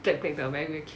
grab grab the very very cute